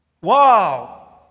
Wow